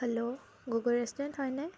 hello Gogoi restaurant হয়নে